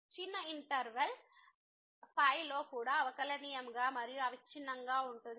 కాబట్టి ఇచ్చిన ఇంటర్వెల్ లో కూడా అవకలనియమంగా మరియు అవిచ్ఛిన్నంగా ఉంటుంది